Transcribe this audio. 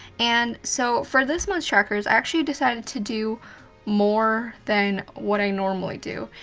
and so for this month's trackers, i actually decided to do more than what i normally do,